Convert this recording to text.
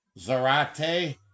Zarate